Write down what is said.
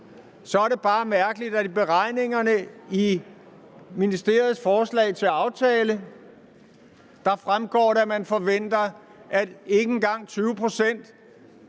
Så er det bare mærkeligt, at det af beregningerne i ministeriets forslag til aftale fremgår, at man forventer, at ikke engang 20 pct.